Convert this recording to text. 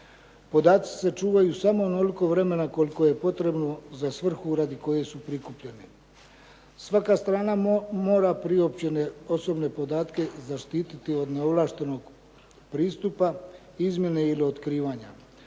Podaci se čuvaju samo onoliko vremena koliko je potrebno za svrhu radi koje su prikupljene. Svaka strana mora priopćene osobne podatke zaštititi od neovlaštenog pristupa, izmjene ili otkrivanja.